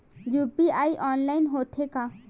UPI online होथे का?